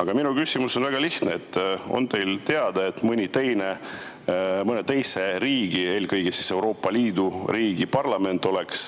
Aga minu küsimus on väga lihtne. On teile teada, et mõne teise riigi, eelkõige Euroopa Liidu riigi parlament oleks